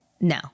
No